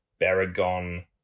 Baragon